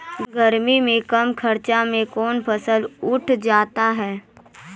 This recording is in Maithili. गर्मी मे कम खर्च मे कौन फसल उठ जाते हैं?